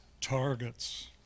targets